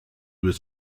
was